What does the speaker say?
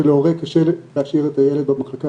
כי להורה קשה להשאיר את הילד במחלקה,